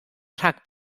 rhag